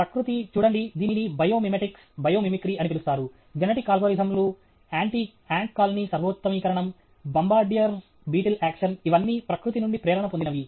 ప్రకృతి చూడండి దీనిని బయోమిమెటిక్స్ బయోమిమిక్రీ అని పిలుస్తారు జెనెటిక్ అల్గోరిథంలు యాంట్ కాలనీ సర్వోత్తమీకరణం బాంబార్డియర్ బీటిల్ యాక్షన్ ఇవన్నీ ప్రకృతి నుండి ప్రేరణ పొందినవి